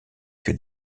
que